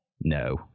no